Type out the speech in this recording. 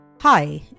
Hi